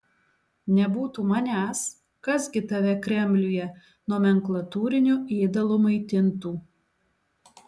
nebūtų manęs kas gi tave kremliuje nomenklatūriniu ėdalu maitintų